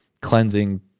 cleansing